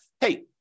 hey